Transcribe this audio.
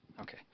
Okay